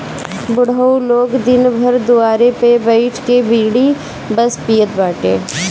बुढ़ऊ लोग दिन भर दुआरे पे बइठ के बीड़ी बस पियत बाटे